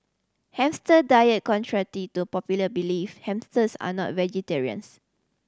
hamster diet to popular belief hamsters are not vegetarians